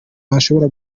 nashobora